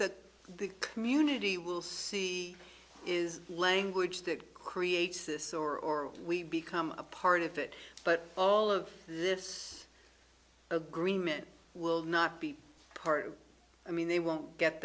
that the community will see is language that creates this or we become a part of it but all of this agreement will not be part of i mean they won't get